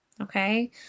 Okay